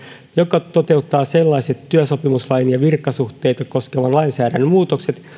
joka toteuttaa sellaiset työsopimuslain ja virkasuhteita koskevan lainsäädännön muutokset